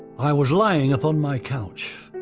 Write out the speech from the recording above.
i was lying upon my couch,